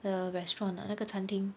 the restaurant ah 那个餐厅